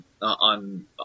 on